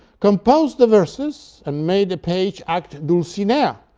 composed the verses, and made the page act dulcinea.